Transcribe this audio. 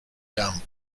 damp